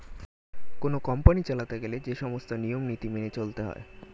কোন কোম্পানি চালাতে গেলে যে সমস্ত নিয়ম নীতি মেনে চলতে হয়